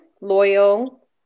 loyal